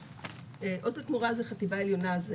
עוז לתמורה זה חטיבה עליונה.